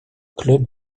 club